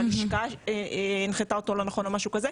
שהלשכה הנחתה אותו לא נכון או משהו כזה,